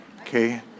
Okay